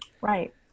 Right